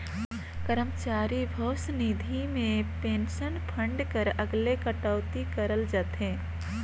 करमचारी भविस निधि में पेंसन फंड कर अलगे कटउती करल जाथे